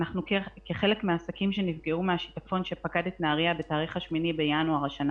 אנחנו חלק מהעסקים שנפגעו בשיטפון שפקד את נהריה בתאריך ה-8 בינואר השנה